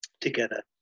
together